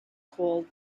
called